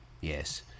Yes